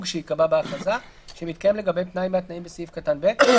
שייקבע בהכרזה שמתקיים לגביהם תנאי מהתנאים בסעיף קטן (ב),